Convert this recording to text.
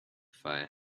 fire